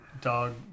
dog